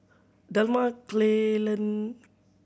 Delmar Kaylyn